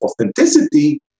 authenticity